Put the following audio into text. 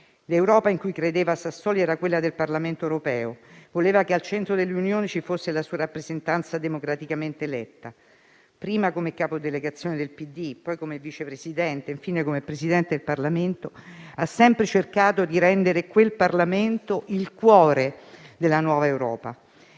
L'Europa in cui credeva Sassoli era quella del Parlamento europeo. Egli voleva che al centro dell'Unione ci fosse la sua rappresentanza democraticamente eletta. Prima come capo delegazione del PD, poi, come Vice Presidente e, infine, come Presidente del Parlamento europeo, ha sempre cercato di rendere quel Parlamento il cuore della nuova Europa